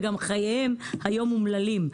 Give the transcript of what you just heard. וגם חייהם היום אומללים.